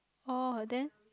oh then